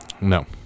No